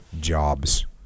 jobs